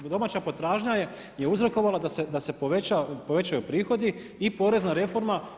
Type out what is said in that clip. Jer domaća potražnja je uzrokovala da se povećaju prihodi i porezna reforma.